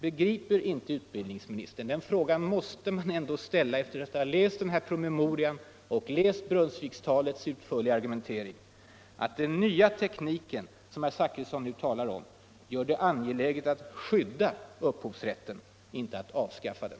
Begriper inte utbildningsministern att den nya tekniken, som herr Zachrisson nu talar om, gör det angeläget att skydda upphovsrätten, inte att avskaffa den?